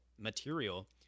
material